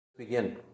begin